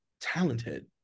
talented